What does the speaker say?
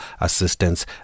assistance